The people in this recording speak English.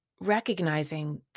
recognizing